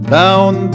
down